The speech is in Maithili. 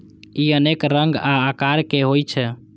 ई अनेक रंग आ आकारक होइ छै